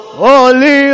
holy